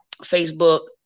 Facebook